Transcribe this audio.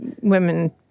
women